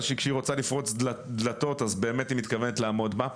שכשהיא רוצה לפרוץ דלתות אז באמת היא מתכוונת לעמוד בזה,